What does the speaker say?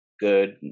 Good